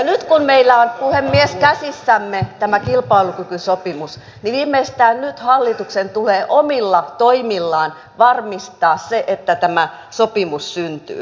nyt kun meillä on puhemies käsissämme tämä kilpailukykysopimus viimeistään nyt hallituksen tulee omilla toimillaan varmistaa se että tämä sopimus syntyy